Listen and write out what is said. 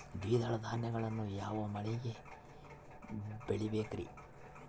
ದ್ವಿದಳ ಧಾನ್ಯಗಳನ್ನು ಯಾವ ಮಳೆಗೆ ಬೆಳಿಬೇಕ್ರಿ?